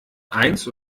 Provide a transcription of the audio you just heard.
eins